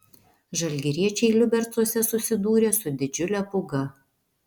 žalgiriečiai liubercuose susidūrė su didžiule pūga